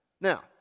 Now